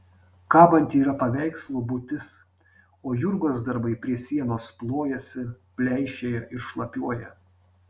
kabanti yra paveikslų būtis o jurgos darbai prie sienos plojasi pleišėja ir šlapiuoja